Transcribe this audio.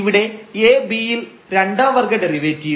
ഇവിടെ ab യിൽ രണ്ടാം വർഗ്ഗ ഡെറിവേറ്റീവും